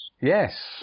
yes